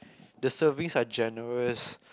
the servings are generous